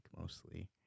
mostly